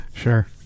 sure